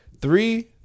Three